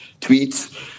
tweets